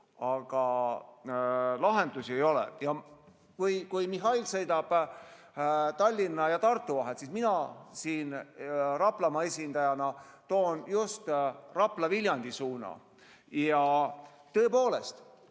aga lahendusi ei ole. Kui Mihhail sõidab Tallinna ja Tartu vahet, siis mina Raplamaa esindajana toon [esile] just Rapla–Viljandi suuna. Tõepoolest,